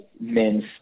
men's